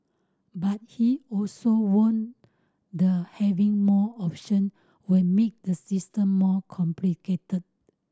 but he also warned the having more option would make the system more complicated